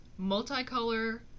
multicolor